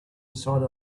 inside